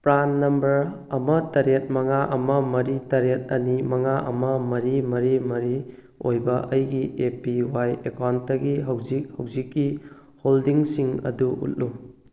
PRAN number ꯑꯃ ꯇꯔꯦꯠ ꯃꯉꯥ ꯑꯃ ꯃꯔꯤ ꯇꯔꯦꯠ ꯑꯅꯤ ꯃꯉꯥ ꯑꯃ ꯃꯔꯤ ꯃꯔꯤ ꯃꯔꯤ ꯑꯣꯏꯕ ꯑꯩꯒꯤ ꯑꯦ ꯄꯤ ꯋꯥꯏ ꯑꯦꯀꯥꯎꯟꯇꯒꯤ ꯍꯧꯖꯤꯛ ꯍꯧꯖꯤꯛꯀꯤ ꯍꯣꯜꯗꯤꯡꯁꯤꯡ ꯑꯗꯨ ꯎꯠꯂꯨ